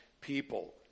people